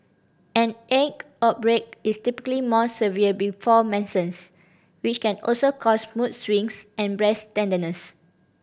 an acne outbreak is typically more severe before menses which can also cause mood swings and breast tenderness